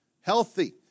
Healthy